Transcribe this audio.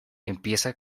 empieza